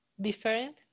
different